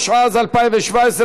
התשע"ז 2017,